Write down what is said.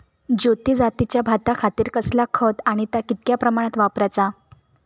ज्योती जातीच्या भाताखातीर कसला खत आणि ता कितक्या प्रमाणात वापराचा?